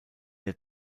der